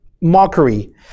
mockery